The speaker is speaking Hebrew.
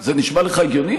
זה נשמע לך הגיוני?